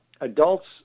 adults